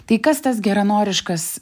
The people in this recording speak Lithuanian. tai kas tas geranoriškas